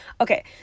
Okay